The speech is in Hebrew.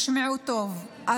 תשמעו טוב,